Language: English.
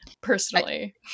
personally